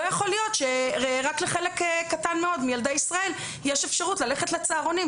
לא יכול להיות שרק לחלק קטן מאוד מילדי ישראל יש אפשרות ללכת לצהרונים.